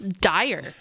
Dire